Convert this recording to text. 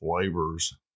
flavors